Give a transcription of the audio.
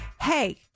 hey